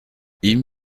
ihm